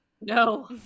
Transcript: no